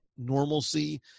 Normalcy